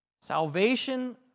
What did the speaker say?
Salvation